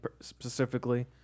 specifically